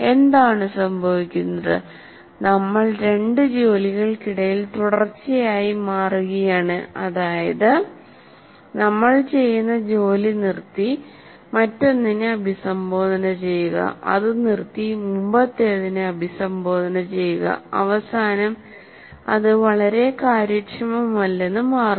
എന്താണ് സംഭവിക്കുന്നത് നമ്മൾ രണ്ട് ജോലികൾക്കിടയിൽ തുടർച്ചയായി മാറുകയാണ് അതായത് നമ്മൾ ചെയ്യുന്ന ജോലി നിർത്തി മറ്റൊന്നിനെ അഭിസംബോധന ചെയ്യുക അത് നിർത്തി മുമ്പത്തേതിനെ അഭിസംബോധന ചെയ്യുക അവസാനം അത് വളരെ കാര്യക്ഷമമല്ലെന്ന് മാറുന്നു